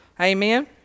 Amen